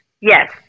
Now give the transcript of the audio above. Yes